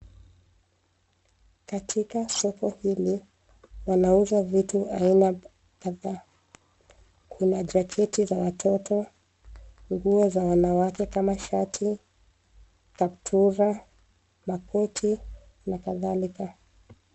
Katika soko hili pana uzwa vitu aina kadhaa. Kuna jaketi za watoto, nguo za wanawake kama shati, kaptura, makoti na kadhalika.